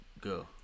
go